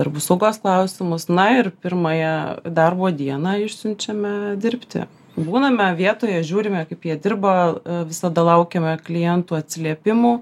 darbų saugos klausimus na ir pirmąją darbo dieną išsiunčiame dirbti būname vietoje žiūrime kaip jie dirba visada laukiame klientų atsiliepimų